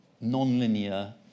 non-linear